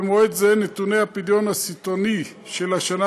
במועד זה נתוני הפדיון הסיטונאי של השנה